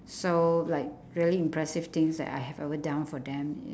so like really impressive things that I have ever done for them